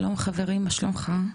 שלום חברי מה שלומך?